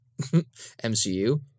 MCU